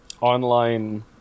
online